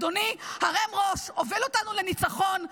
אדוני, הרם ראש, הובל אותנו לניצחון.